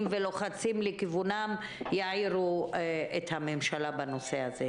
ולוחצים לכיוונם יעירו את הממשלה בנושא הזה.